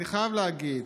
אני חייב להגיד